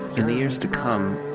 in the years to come,